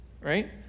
Right